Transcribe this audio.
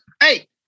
Hey